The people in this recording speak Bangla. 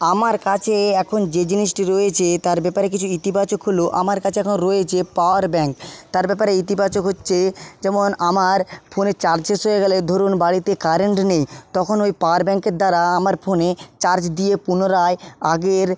আমার কাছে এখন যে জিনিসটি রয়েছে তার ব্যাপারে কিছু ইতিবাচক হলো আমার কাছে এখন রয়েছে পাওয়ার ব্যাংক তার ব্যাপারে ইতিবাচক হচ্ছে যেমন আমার ফোনে চার্জ শেষ হয়ে গেলে ধরুন বাড়িতে কারেন্ট নেই তখন ওই পাওয়ার ব্যাংকের দ্বারা আমার ফোনে চার্জ দিয়ে পুনরায় আগের